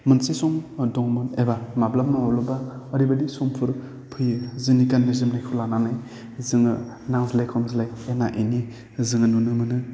मोनसे सम दंमोन एबा माब्लाबा माब्लाबा ओरैबायदि समफोर फैयो जोंनि गाननाय जोमनायखौ लानानै जोङो नांज्लाय खमज्लाय एना एनि जोङो नुनो मोनो